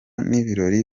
n’ibirori